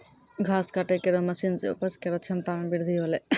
घास काटै केरो मसीन सें उपज केरो क्षमता में बृद्धि हौलै